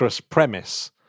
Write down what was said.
premise